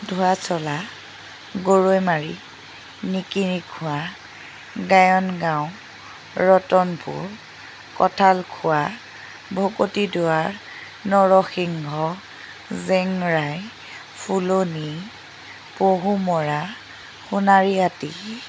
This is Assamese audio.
ধোৱাচলা গৰৈমাৰী নিকিনি খোৱা গায়ন গাঁও ৰতনপুৰ কঁঠাল খোৱা ভকতি দুৱাৰ নৰসিংহ জেংৰাই ফুলনি পহুমৰা সোণাৰীআটি